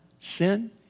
sin